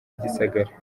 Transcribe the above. gisagara